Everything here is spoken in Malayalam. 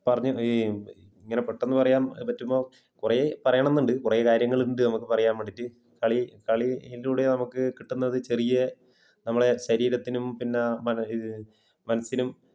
പറഞ്ഞ് ഈ ഇങ്ങനെ പെട്ടെന്ന് പറയാന് പറ്റുമ്പോൾ കുറേ പറയണമെന്നുണ്ട് കുറേ കാര്യങ്ങള്ണ്ട് നമുക്ക് പറയാന് വേണ്ടിയിട്ട് കളി കളി യിൻടൂടെ നമ്മക്ക് കിട്ട്ന്നത് ചെറിയെ നമ്മളെ ശരീരത്തിനും പിന്നാ ഇത് മനസ്സിനും